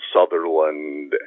Sutherland